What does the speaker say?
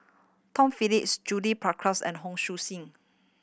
Tom Phillips Judith Prakash and Hon Sui Sen